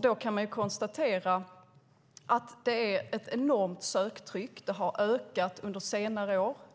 Då kan man konstatera att det är ett enormt söktryck. Det har ökat under senare år.